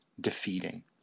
defeating